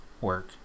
Work